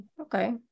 okay